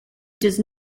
does